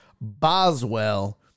Boswell